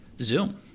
zoom